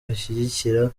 ashyigikira